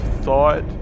thought